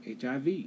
HIV